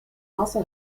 also